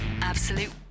Absolute